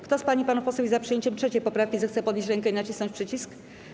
Kto z pań i panów posłów jest za przyjęciem 3. poprawki, zechce podnieść rękę i nacisnąć przycisk.